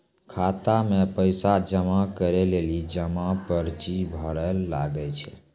खाता मे पैसा जमा करै लेली जमा पर्ची भरैल लागै छै